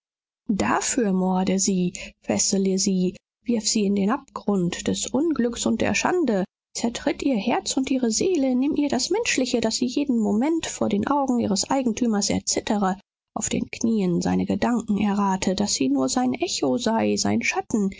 dafür morde sie fessele sie wirf sie in den abgrund des unglücks und der schande zertritt ihr herz und ihre seele nimm ihr das menschliche daß sie jeden moment vor den augen ihres eigentümers erzittere auf den knieen seine gedanken errate daß sie nur sein echo sei sein schatten